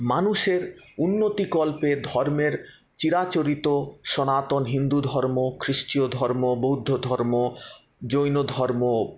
মানুষের উন্নতিকল্পে ধর্মের চিরাচরিত সনাতন হিন্দুধর্ম খ্রিস্টীয় ধর্ম বৌদ্ধ ধর্ম জৈন ধর্ম